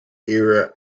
era